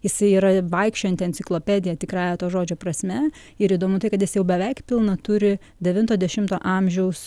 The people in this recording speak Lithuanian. jisai yra vaikščiojanti enciklopedija tikrąja to žodžio prasme ir įdomu tai kad jis jau beveik pilną turi devinto dešimto amžiaus